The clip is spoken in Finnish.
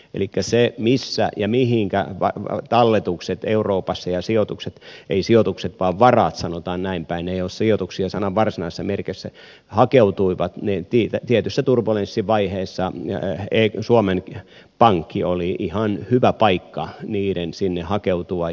elikkä se missä ja mihinkä talletukset euroopassa ja sijoitukset ei sijoitukset vaan varat sanotaan näinpäin ne eivät ole sijoituksia sanan varsinaisessa merkityksessä hakeutuivat niin tietyssä turbulenssivaiheessa suomen pankki oli ihan hyvä paikka niiden sinne hakeutua